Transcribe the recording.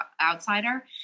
outsider